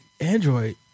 Android